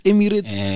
Emirates